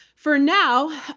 for now,